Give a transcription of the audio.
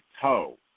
toe